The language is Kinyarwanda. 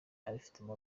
abifitemo